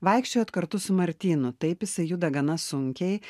vaikščiojot kartu su martynu taip jisai juda gana sunkiai